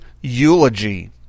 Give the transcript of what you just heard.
eulogy